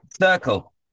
Circle